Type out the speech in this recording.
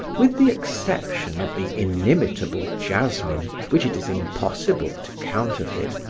with the exception of the inimitable jasmine which it is impossible to counterfeit,